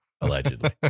allegedly